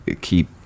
keep